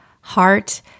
heart